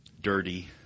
dirty